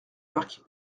marquis